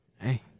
Hey